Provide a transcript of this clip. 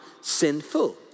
sinful